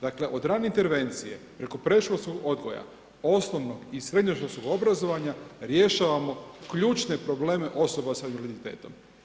Dakle, od rane intervencije preko predškolskog odgoja, osnovnog i srednjoškolskog obrazovanja rješavamo ključne probleme osoba s invaliditetom.